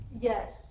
Yes